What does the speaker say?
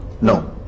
No